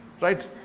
right